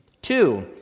Two